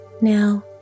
Now